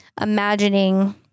imagining